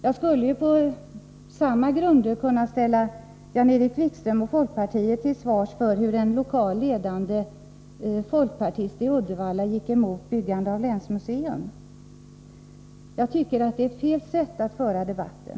Jag skulle på samma grunder kunna ställa Jan-Erik Wikström och folkpartiet till svars för hur en lokal ledande folkpartist i Uddevalla gick emot byggandet av länsmuseum. Jag tycker att det är fel sätt att föra debatten.